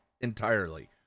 entirely